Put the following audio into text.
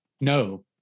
No